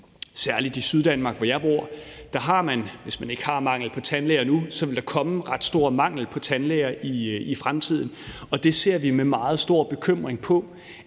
særlig i Syddanmark, hvor jeg bor, vil der, hvis man ikke allerede har mangel på tandlæger nu, komme ret stor mangel på tandlæger i fremtiden, og vi ser med meget stor bekymring på,